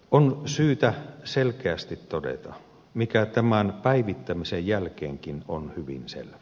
on syytä selkeästi todeta mikä tämän päivittämisen jälkeenkin on hyvin selvää